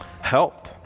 help